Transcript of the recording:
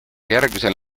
järgmisel